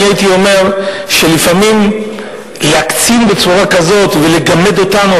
הייתי אומר שלפעמים להקצין בצורה כזאת ולגמד אותנו,